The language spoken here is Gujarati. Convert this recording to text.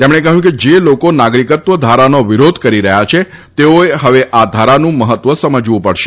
તેમણે કહ્યું કે જે લોકો નાગરિકત્વ ધારાનો વિરોધ કરી રહ્યા છે તેઓએ હવે આ ધારાનું મહત્વ સમજવું પડશે